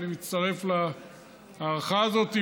ואני מצטרף להערכה הזאת,